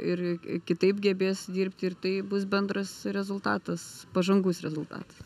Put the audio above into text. ir kitaip gebės dirbti ir tai bus bendras rezultatas pažangus rezultatas